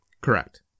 Correct